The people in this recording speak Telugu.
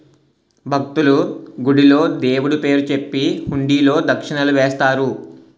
భక్తులు, గుడిలో దేవుడు పేరు చెప్పి హుండీలో దక్షిణలు వేస్తారు